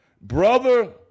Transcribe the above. brother